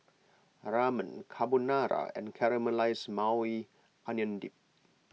Ramen Carbonara and Caramelized Maui Onion Dip